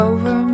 Over